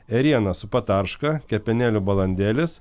ėriena su patarška kepenėlių balandėlis